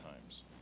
times